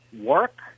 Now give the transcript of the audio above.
work